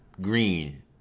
Green